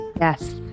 Yes